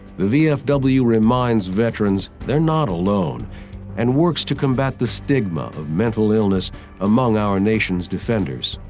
the vfw reminds veterans they're not alone and works to combat the stigma of mental illness among our nation's defenders.